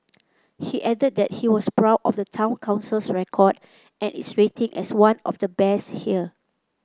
he added that he was proud of the Town Council's record and its rating as one of the best here